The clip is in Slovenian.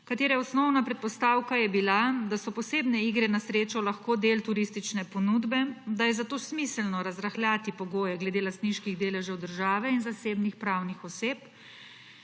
katere osnovna predpostavka je bila, da so posebne igre na srečo lahko del turistične ponudbe, da je zato smiselno razrahljati pogoje glede lastniških deležev države in zasebnih pravnih oseb,